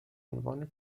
عنوان